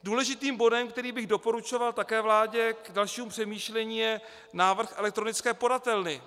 Důležitým bodem, který bych doporučoval také vládě k dalšímu přemýšlení, je návrh elektronické podatelny.